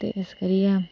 ते इस करिये